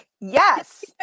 yes